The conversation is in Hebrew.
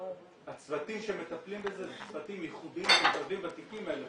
הצוותים שמטפלים בזה הם צוותים ייחודיים שמטפלים בתיקים האלה.